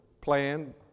plan